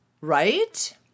right